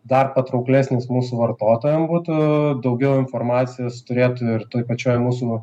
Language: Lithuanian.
dar patrauklesnis mūsų vartotojam būtų daugiau informacijos turėtų ir toj pačioj mūsų